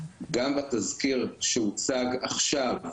גם בתזכיר שהוצג עכשיו,